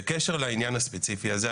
בקשר לעניין הספציפי הזה,